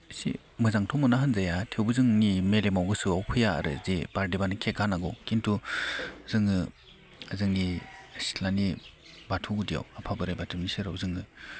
एसे मोजांथ' मोना होनजाया थेवबो जोंनि मेलेमाव गोसोआव फैया आरो जे बार्थडे बानो केक हानांगौ खिन्थु जोङो जोंनि सिथ्लानि बाथौ गुदियाव आफा बोराय बाथौनि सेराव जोङो